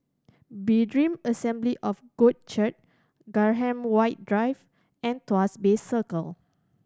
Berean Assembly of God Church Graham White Drive and Tuas Bay Circle